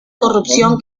corrupción